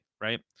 right